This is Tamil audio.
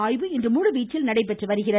ஆய்வு இன்று முழுவீச்சில் நடைபெற்று வருகிறது